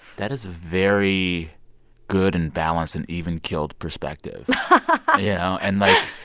that is very good and balanced and even-keeled perspective but you know? and, like,